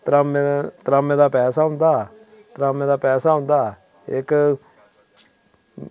तरामें तरामें दा पैसा होंदा तरामें दा पैसा होंदा इक